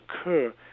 occur